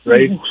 Right